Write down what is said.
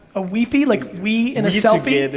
a wefie, like, we, in a selfie?